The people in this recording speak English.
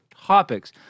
topics